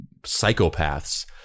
psychopaths